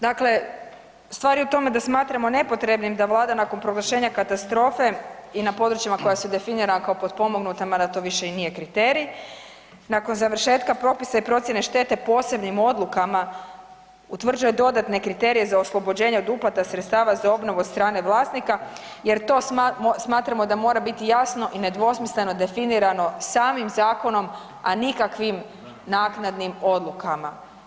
Dakle, stvar je u tom da smatramo nepoštenim da Vlada nakon proglašenja katastrofe i na područjima koja su definirana kao potpomognuta mada to više i nije kriterij, nakon završetka propisa i procjene štete posebnim odlukama utvrđuje dodatne kriterije za oslobođenje od uplata sredstava za obnovu od strane vlasnika jer to smatramo da mora biti jasno i nedvosmisleno definirano samim zakonom a nikakvim naknadnim odlukama.